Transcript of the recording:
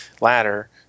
ladder